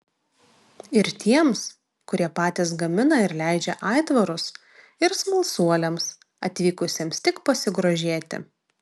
ir tiems kurie patys gamina ir leidžia aitvarus ir smalsuoliams atvykusiems tik pasigrožėti